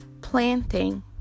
Planting